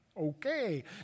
Okay